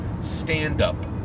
stand-up